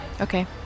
Okay